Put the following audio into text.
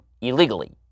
illegally